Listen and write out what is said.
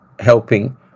helping